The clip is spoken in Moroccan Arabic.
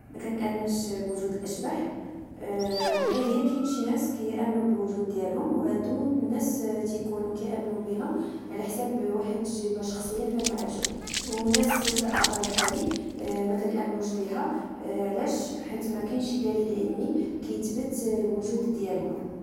مكانامنش بوجود الاشباح غير هي كاين شي ناس يؤمنون بوجود ديالهم وهادوك الناس تيكونو امنوا بها على حساب واحد تجربه شخصيه كانوا عاشوا وناس وحدة اخرى فحالي مامنوش بيها علاش؟ حيت ماكاينش شي دليل علمي كتبت الوجود ديالهم